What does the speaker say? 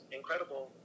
incredible